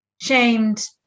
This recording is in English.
shamed